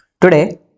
Today